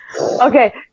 Okay